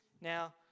Now